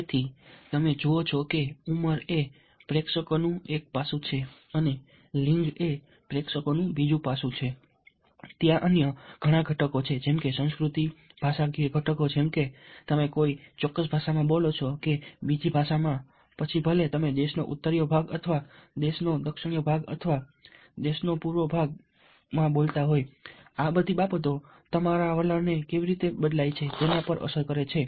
તેથી તમે જુઓ છો કે ઉંમર એ પ્રેક્ષકોનું એક પાસું છે13 04 લિંગ એ પ્રેક્ષકોનું બીજું પાસું છે ત્યાં અન્ય ઘણા ઘટકો છે જેમ કે સંસ્કૃતિ ભાષાકીય ઘટકો જેમ કે તમે કોઈ ચોક્કસ ભાષામાં બોલો છો કે બીજી ભાષામાં પછી ભલે તમે દેશનો ઉત્તરીય ભાગ અથવા દેશનો દક્ષિણ ભાગ અથવા દેશનો પૂર્વ ભાગ આ બધી બાબતો તમારા વલણને કેવી રીતે બદલાય છે તેના પર અસર કરે છે